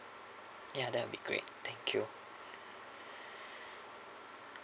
ya that'll be great thank you